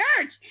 church